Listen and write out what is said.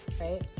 right